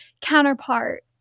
counterpart